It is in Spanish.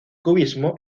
cubismo